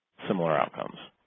similar outcomes